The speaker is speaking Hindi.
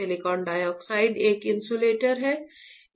सिलिकॉन डाइऑक्साइड एक इन्सुलेटर है